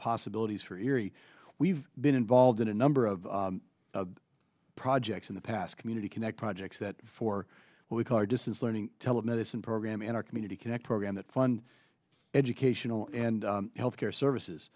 possibilities for yri we've been involved in a number of projects in the past community connect projects that for what we call our distance learning telemedicine program in our community connect program that fund educational and health care services